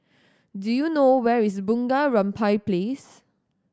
do you know where is Bunga Rampai Place